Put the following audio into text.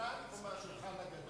פרות הבשן.